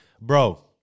Bro